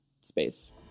space